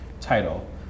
title